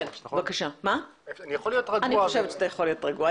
אני חושבת שאתה יכול להיות רגוע.